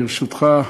ברשותך.